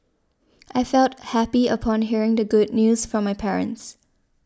I felt happy upon hearing the good news from my parents